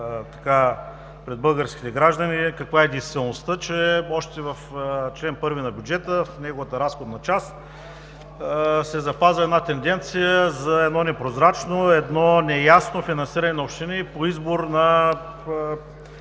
пред българските граждани каква е действителността, че още в чл. 1 на бюджета, в неговата разходна част, се запазва една тенденция за едно непрозрачно, едно неясно финансиране на общини по избор на